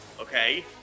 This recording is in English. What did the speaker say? okay